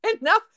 Enough